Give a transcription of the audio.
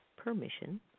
permission